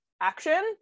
action